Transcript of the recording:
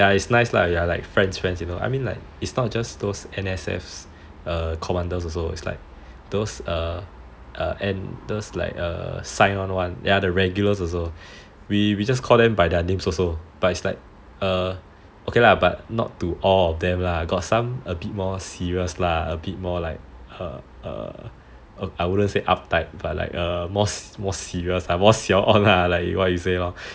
it's nice lah we're like friends friends I mean it's not like just those N_S_F commanders also it's like those regulars we just call them by their names also but it's like okay not to all of them lah got some a bit more serious lah a bit more like I wouldn't say uptight but more siao onz